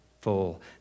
full